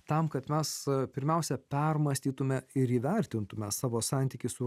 tam kad mes pirmiausia permąstytumėme ir įvertintumėme savo santykį su